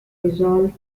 resolved